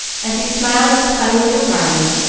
as he smiled at the funny little garment,